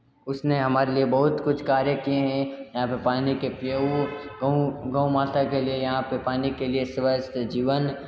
उस ने हमारे लिए बहुत कुछ कार्य किए हैं यहाँ पर पानी के प्याऊ गऊ गऊ माता के लिए यहाँ पर पानी के लिए स्वस्थ जीवन